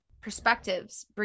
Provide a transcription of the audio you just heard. perspectives